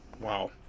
Wow